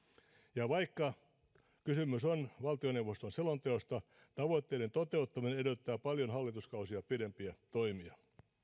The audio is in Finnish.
ja vaikka kysymys on valtioneuvoston selonteosta tavoitteiden toteuttaminen edellyttää paljon hallituskausia pidempiä toimia